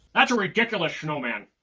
that's a ridiculous snowman.